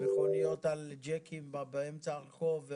מכוניות על ג'קים באמצע הרחוב.